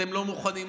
אתם לא מוכנים לשיח,